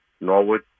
Norwood